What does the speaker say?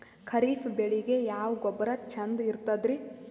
ಖರೀಪ್ ಬೇಳಿಗೆ ಯಾವ ಗೊಬ್ಬರ ಚಂದ್ ಇರತದ್ರಿ?